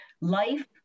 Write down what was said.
life